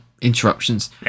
interruptions